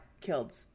killed